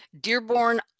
Dearborn